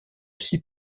six